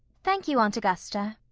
thank you, aunt augusta.